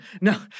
no